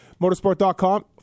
Motorsport.com